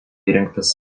įrengtas